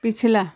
पिछला